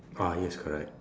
ah yes correct